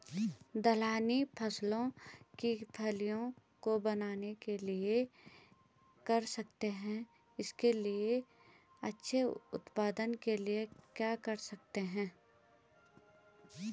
दलहनी फसलों की फलियों को बनने के लिए क्या कर सकते हैं इसके अच्छे उत्पादन के लिए क्या कर सकते हैं?